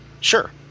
sure